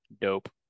Dope